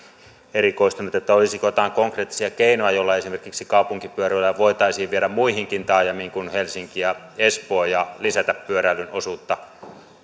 erikoistunut olisiko joitain konkreettisia keinoja joilla esimerkiksi kaupunkipyöräilyä voitaisiin viedä muihinkin taajamiin kuin helsinkiin ja espooseen ja lisätä pyöräilyn osuutta